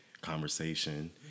conversation